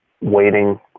waiting